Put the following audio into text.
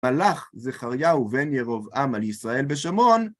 מלך זכריהו בן ירבעם על ישראל בשומרון.